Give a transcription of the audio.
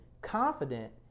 confident